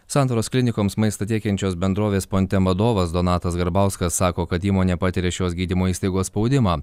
santaros klinikoms maistą tiekiančios bendrovės pontem vadovas donatas garbauskas sako kad įmonė patiria šios gydymo įstaigos spaudimą